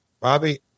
Bobby